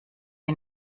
die